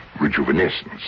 rejuvenescence